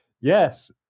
Yes